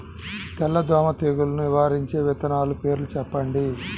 తెల్లదోమ తెగులును నివారించే విత్తనాల పేర్లు చెప్పండి?